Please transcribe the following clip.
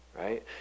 right